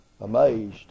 amazed